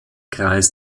kreis